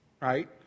right